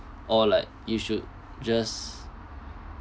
or like you should just